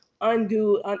undo